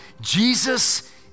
Jesus